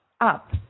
up